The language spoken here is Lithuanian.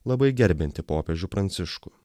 labai gerbianti popiežių pranciškų